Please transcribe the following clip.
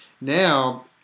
now